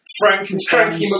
Frankenstein